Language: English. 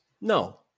No